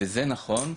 וזה נכון,